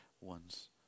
ones